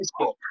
Facebook